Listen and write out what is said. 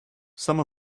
some